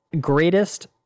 greatest